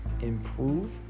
improve